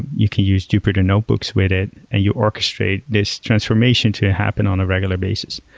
you can use jupyter notebooks with it and you orchestrate this transformation to happen on a regular basis.